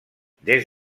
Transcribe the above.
des